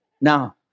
Now